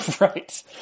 Right